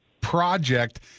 project